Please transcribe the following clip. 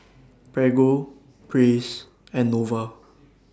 Prego Praise and Nova